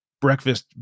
breakfast